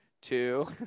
two